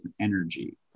energy